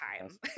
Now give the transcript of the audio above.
time